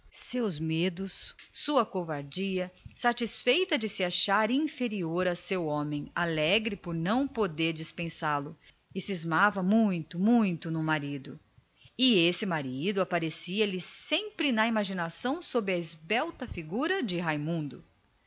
seus medos sua covardia satisfeita de achar-se inferior ao seu homem feliz por não poder dispensá lo e cismava muito muito no marido e esse marido aparecia-lhe na imaginação sob a esbelta figura de raimundo